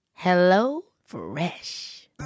HelloFresh